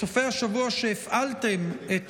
בסופי השבוע שבהם הפעלתם את